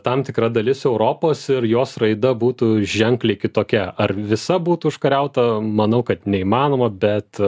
tam tikra dalis europos ir jos raida būtų ženkliai kitokia ar visa būtų užkariauta manau kad neįmanoma bet